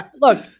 look